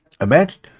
Imagine